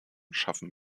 schaffen